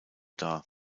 dar